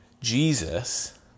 Jesus